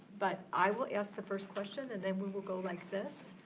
but i will ask the first question and then we will go like this.